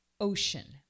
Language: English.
ocean